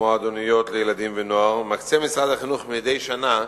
המועדוניות לילדים ולנוער מקצה משרד החינוך מדי שנה